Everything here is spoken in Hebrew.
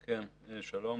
שלום.